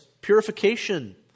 Purification